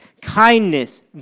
kindness